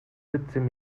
siebzehn